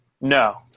No